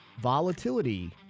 volatility